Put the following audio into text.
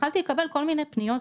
התחלתי לקבל כל מיני פניות